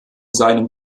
seinem